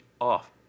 off